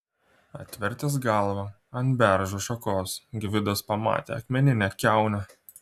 atvertęs galvą ant beržo šakos gvidas pamatė akmeninę kiaunę